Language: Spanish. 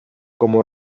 como